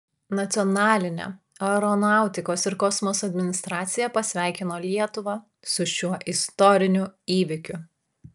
nacionalinė aeronautikos ir kosmoso administracija pasveikino lietuvą su šiuo istoriniu įvykiu